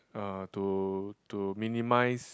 uh to to minimize